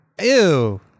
Ew